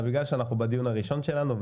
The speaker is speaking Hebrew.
אבל בגלל שאנחנו בדיון הראשון שלנו,